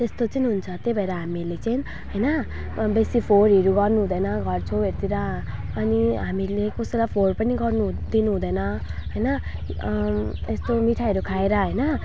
त्यस्तो चाहिँ हुन्छ त्यही भएर हामीहरूले चाहिँ होइन बेसी फोहोरहरू गर्नुहुँदैन घरछेउहरूतिर अनि हामीले कसैलाई फोहोर पनि गर्नु दिनुहुँदैन होइन यस्तो मिठाईहरू खाएर होइन